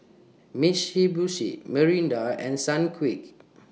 Mitsubishi Mirinda and Sunquick